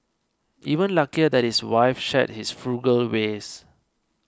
even luckier that his wife shared his frugal ways